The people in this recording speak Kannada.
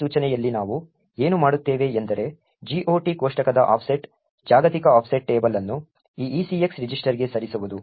ಈ ಸೂಚನೆಯಲ್ಲಿ ನಾವು ಏನು ಮಾಡುತ್ತೇವೆ ಎಂದರೆ GOT ಕೋಷ್ಟಕದ ಆಫ್ಸೆಟ್ ಜಾಗತಿಕ ಆಫ್ಸೆಟ್ ಟೇಬಲ್ ಅನ್ನು ಈ ECX ರಿಜಿಸ್ಟರ್ಗೆ ಸೇರಿಸುವುದು